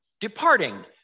departing